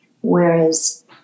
Whereas